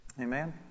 Amen